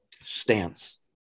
stance